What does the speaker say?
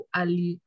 ali